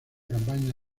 campaña